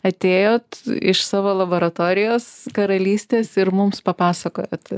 atėjot iš savo laboratorijos karalystės ir mums papasakojot